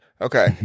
okay